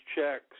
checks